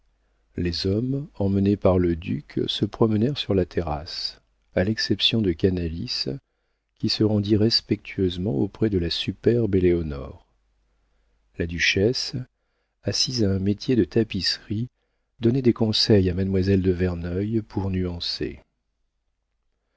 les hommes emmenés par le duc se promenèrent sur la terrasse à l'exception de canalis qui se rendit respectueusement auprès de la superbe éléonore la duchesse assise à un métier de tapisserie donnait des conseils à mademoiselle de verneuil pour nuancer